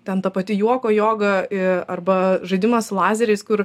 ten ta pati juoko joga i arba žaidimas lazeriais kur